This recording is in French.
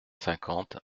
cinquante